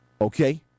okay